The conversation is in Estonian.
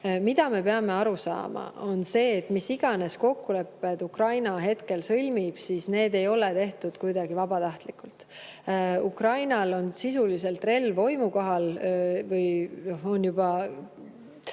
Mida me peame aru saama, on see, et mis iganes kokkulepped Ukraina hetkel sõlmib, siis need ei ole tehtud kuidagi vabatahtlikult. Ukrainal on sisuliselt relv oimu kohal, juba